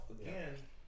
again